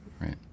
Right